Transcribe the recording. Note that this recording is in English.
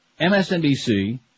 MSNBC